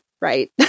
Right